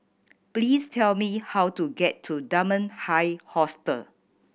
please tell me how to get to Dunman High Hostel